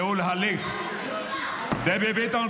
ייעול הליך ------ דבי ביטון,